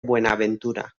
buenaventura